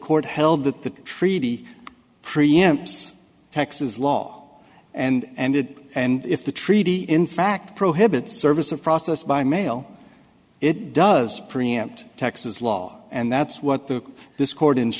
court held that the treaty preempts texas law and it and if the treaty in fact prohibits service of process by mail it does preempt texas law and that's what the this court in